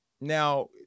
Now